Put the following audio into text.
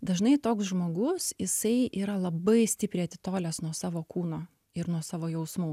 dažnai toks žmogus jisai yra labai stipriai atitolęs nuo savo kūno ir nuo savo jausmų